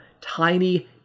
Tiny